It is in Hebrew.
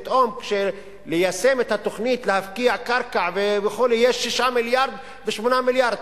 פתאום ליישם את התוכנית להפקיע קרקע וכו' יש 6 מיליארד ו-8 מיליארד.